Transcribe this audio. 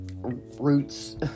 roots